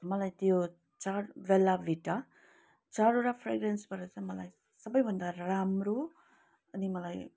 मलाई त्यो चार बेल्लाभिटा चारवटा फ्रेगरेन्सबाट चाहिँ मलाई सबैभन्दा राम्रो अनि मलाई